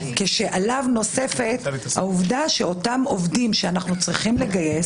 ועליו נוספת העובדה שאותם עובדים שאנחנו צריכים לגייס,